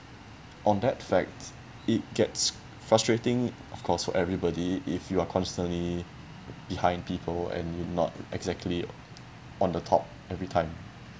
on that fact it gets frustrating of course for everybody if you are constantly behind people and you're not exactly on the top everytime